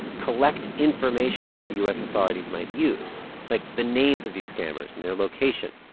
collect information that the u s. authorities might use, like the names of these scammers and their location,